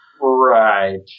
Right